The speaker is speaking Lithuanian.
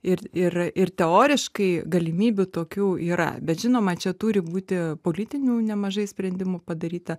ir ir ir teoriškai galimybių tokių yra bet žinoma čia turi būti politinių nemažai sprendimų padaryta